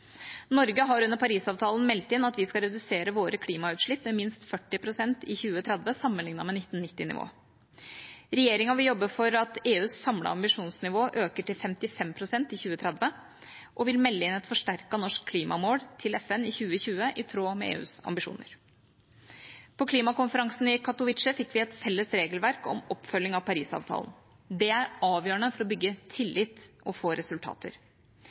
Norge har under Parisavtalen meldt inn at vi skal redusere våre klimagassutslipp med minst 40 pst. i 2030, sammenlignet med 1990-nivået. Regjeringa vil jobbe for at EUs samlede ambisjonsnivå øker til 55 pst. i 2030, og vil melde inn et forsterket norsk klimamål til FN i 2020, i tråd med EUs ambisjoner. På klimakonferansen i Katowice fikk vi et felles regelverk for oppfølging av Parisavtalen. Det er avgjørende for å bygge tillit og få resultater.